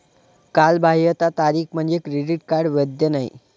कालबाह्यता तारीख म्हणजे क्रेडिट कार्ड वैध नाही